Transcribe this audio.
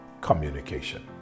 communication